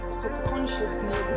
subconsciously